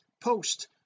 post